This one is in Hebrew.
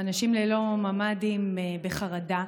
אנשים ללא ממ"דים, בחרדה.